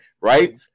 right